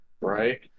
Right